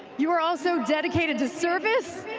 you are all so dedicated to service.